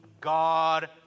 God